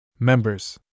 Members